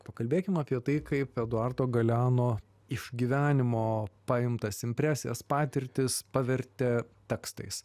pakalbėkim apie tai kaip eduardo galeano iš gyvenimo paimtas impresijas patirtis pavertė tekstais